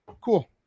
cool